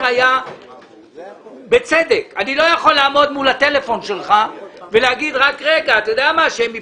אני לא יכול לעמוד מול הטלפון שלך ולומר שהם ייפלו.